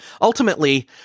Ultimately